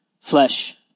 flesh